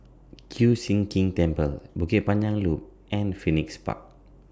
Kiew Sian King Temple Bukit Panjang Loop and Phoenix Park